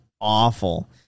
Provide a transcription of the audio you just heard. Awful